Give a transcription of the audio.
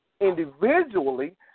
individually